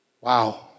Wow